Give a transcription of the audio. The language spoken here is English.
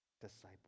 disciple